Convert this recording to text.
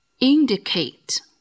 Indicate